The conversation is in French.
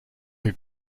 eut